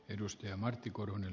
arvoisa herra puhemies